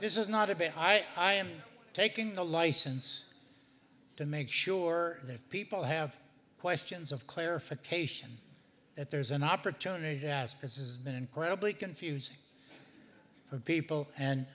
this is not a bad i am taking a license to make sure that people have questions of clarification that there's an opportunity to ask this is an incredibly confusing for people and